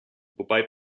wobei